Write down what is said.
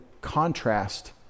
contrast